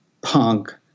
punk